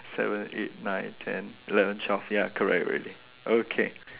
seven eight nine ten eleven twelve ya correct already okay